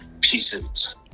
pieces